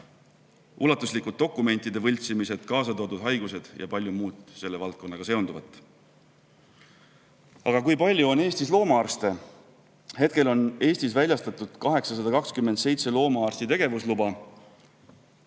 ulatuslikud dokumentide võltsimised, kaasa toodud haigused ja palju muud selle valdkonnaga seonduvat. Aga kui palju on Eestis loomaarste? Hetkel on Eestis väljastatud 827 loomaarsti tegevusluba.